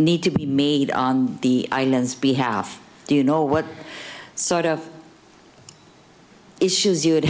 need to be made on the island's behalf do you know what sort of issues you